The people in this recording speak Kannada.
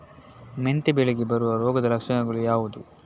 ಮೆಂತೆ ಬೆಳೆಗೆ ಬರುವ ರೋಗದ ಲಕ್ಷಣಗಳು ಯಾವುದು?